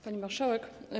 Pani Marszałek!